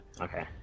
Okay